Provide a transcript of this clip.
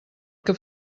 que